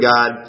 God